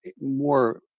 more